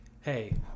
hey